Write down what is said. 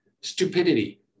stupidity